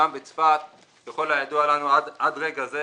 גם בצפת ככל הידוע לנו עד רגע זה,